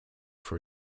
for